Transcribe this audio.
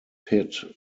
pit